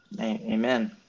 amen